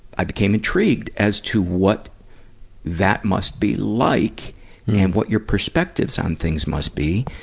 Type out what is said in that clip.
i became intrigued as to what that must be like, and what your perspectives on things must be,